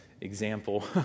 example